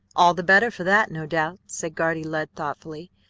all the better for that, no doubt, said guardy lud thoughtfully,